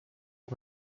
ich